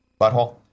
Butthole